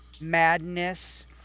Madness